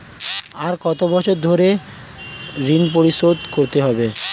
আর কত বছর ধরে ঋণ পরিশোধ করতে হবে?